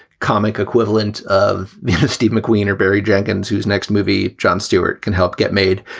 comic equivalent of steve mcqueen or barry jenkins, whose next movie, jon stewart, can help get made.